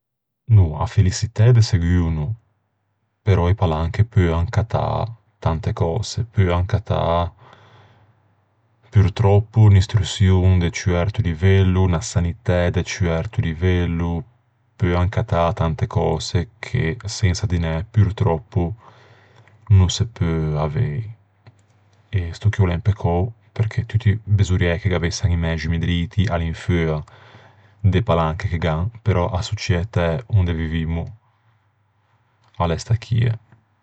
No, a feliçitæ de seguo no. Però e palanche peuan cattâ tante cöse. Peuan cattâ purtròppo unn'istruçion de ciù erto livello, unna sanitæ de ciù erto livello. Peuan cattâ tante cöse che sensa dinæ purtròppo no se peu avei. E sto chì o l'é un peccou, perché tutti besorriæ che gh'avessan i mæximi driti à l'infeua de palanche che gh'an. Però a societæ onde vivemmo a l'é sta chie.